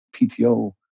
PTO